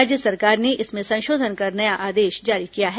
राज्य सरकार ने इसमें संशोधन कर नया आदेश जारी किया है